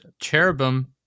Cherubim